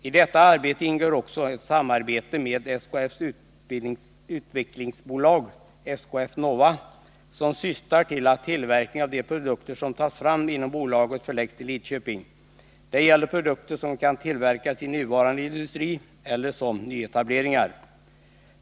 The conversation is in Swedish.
I detta arbete ingår också ett samarbete med SKF:s utvecklingsbolag, SKF Nova, som syftar till att tillverkningen av de produkter som tas fram inom bolaget förläggs till Lidköping. Det gäller produkter som kan tillverkas i nuvarande industri eller i nyetableringar.